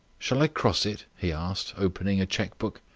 shall i cross it? he asked, opening a cheque-book.